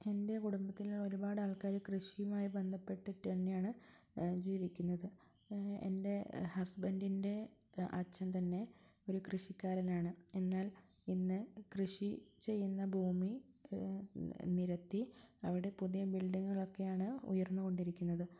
എൻ്റെ കുടുംബത്തിലെ ഒരുപാട് ആൾക്കാര് കൃഷിയുമായി ബന്ധപ്പെട്ടിട്ട് തന്നെയാണ് ജീവിക്കുന്നത് എന്റെ ഹസ്ബൻഡിൻ്റെ അച്ഛൻ തന്നെ ഒരു കൃഷിക്കാരനാണ് എന്നാൽ ഇന്ന് കൃഷി ചെയ്യുന്ന ഭൂമി നിരത്തി അവിടെ പുതിയ ബിൽഡിങ്ങുകളൊക്കെയാണ് ഉയർന്നു കൊണ്ടിരിക്കുന്നത്